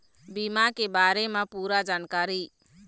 बीमा के बारे म पूरा जानकारी?